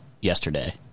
yesterday